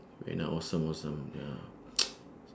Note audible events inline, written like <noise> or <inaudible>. and ah awesome awesome ya <noise>